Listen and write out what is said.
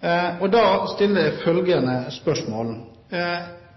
gjennom et kvoteregime. Hvis to personer har hver sin båt og